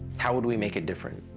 how would we make it different.